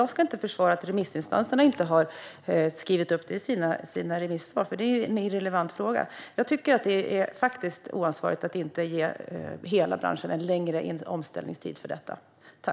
Jag ska inte försvara att remissinstanserna inte har detta med i sina remissvar. Det är ju en irrelevant fråga. Jag tycker att det är oansvarigt att inte ge hela branschen en längre omställningstid för detta.